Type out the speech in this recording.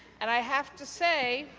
and i have to say,